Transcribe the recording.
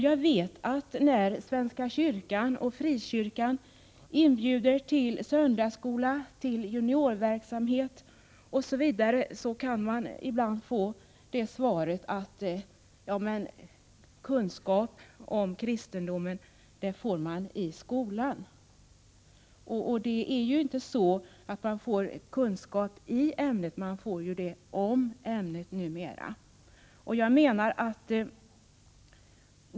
Jag vet att när svenska kyrkan och frikyrkan inbjuder till söndagsskola, till juniorverksamhet osv., så kan man ibland få svaret: Ja, men kunskap i kristendom får barnen i skolan. Men det är ju inte så att man får kunskap i ämnet, man får ju numera kunskap om ämnet.